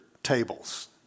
tables